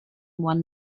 one